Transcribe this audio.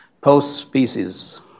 post-species